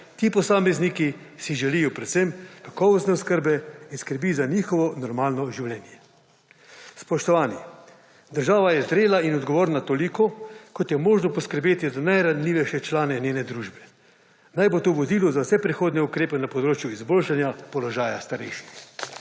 – 15.25** (Nadaljevanje) kakovostne oskrbe in skrbi za njihovo normalno življenje. Spoštovani! Država je zrela in odgovorna toliko kot je možno poskrbeti za najranljivejše člane njene družbe. Naj bo to vodilo za vse prihodnje ukrepe na področju izboljšanja položaja starejših.